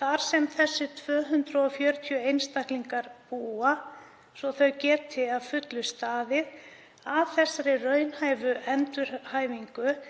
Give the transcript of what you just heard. þar sem þessir 240 einstaklingar búa svo þau geti að fullu staðið að raunhæfri endurhæfingu,